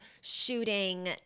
shooting